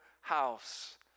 house